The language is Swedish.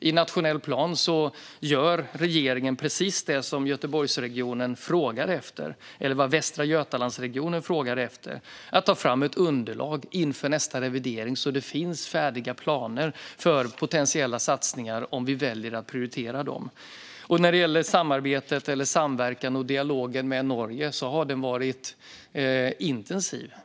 I nationell plan gör regeringen precis det som Västra Götalandsregionen frågar efter - tar fram ett underlag inför nästa revidering så att det finns färdiga planer för potentiella satsningar om vi väljer att prioritera dem. Sedan gäller det samarbetet eller samverkan och dialogen med Norge. Det har varit intensivt.